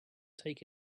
take